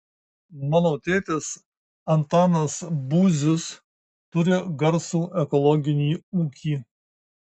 mano tėtis antanas būzius turi garsų ekologinį ūkį